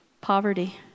poverty